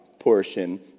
Portion